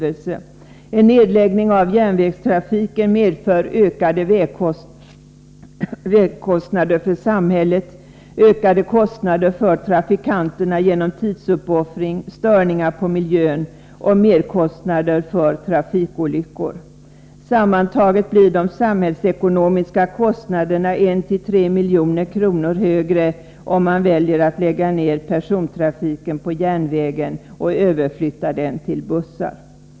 En nedläggning av järnvägstrafiken medför ökade vägkostnader för samhället, ökade kostnader för trafikanterna på grund av tidsuppoffring, störningar i miljön och merkostnader till följd av trafikolyckor. Sammantaget blir de samhällsekonomiska kostnaderna 1-3 milj.kr. högre, om man väljer att lägga ned persontrafiken på järnvägen och överflytta den till bussar.